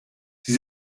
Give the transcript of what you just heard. sie